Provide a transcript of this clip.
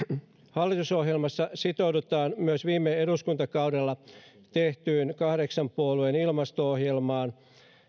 hallitusohjelmassa sitoudutaan myös viime eduskuntakaudella tehtyyn kahdeksan puolueen ilmasto ohjelmaan